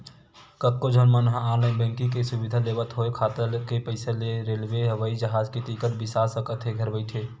कतको झन मन ह ऑनलाईन बैंकिंग के सुबिधा लेवत होय खाता के पइसा ले रेलवे, हवई जहाज के टिकट बिसा सकत हे घर बइठे